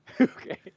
Okay